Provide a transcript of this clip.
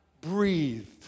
breathed